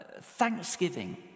thanksgiving